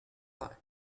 life